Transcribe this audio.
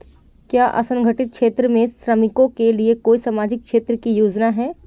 क्या असंगठित क्षेत्र के श्रमिकों के लिए कोई सामाजिक क्षेत्र की योजना है?